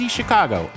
Chicago